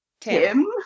Tim